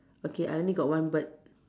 okay I only got one bird